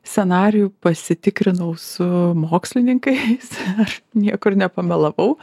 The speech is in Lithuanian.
scenarijų pasitikrinau su mokslininkais ar niekur ne pamelavau